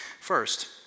First